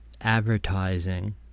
advertising